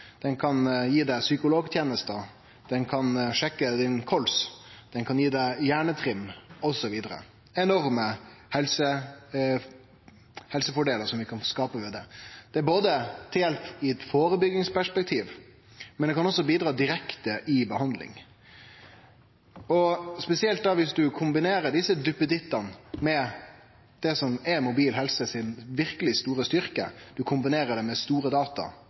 kan gi deg psykologtenester, han kan sjekke kolsen din, han kan gi deg hjernetrim, osv. Enorme helsefordelar kan vi skape med det. Det er til hjelp i eit førebyggingsperspektiv, men det kan også bidra direkte i behandling. Spesielt om du kombinerer desse duppedittane med det som er den verkeleg store styrken i mobil helse: